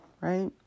right